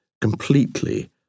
completely